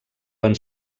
van